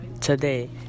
Today